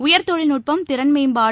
உயர்தொழில்நுட்பம் திறன் மேம்பாடு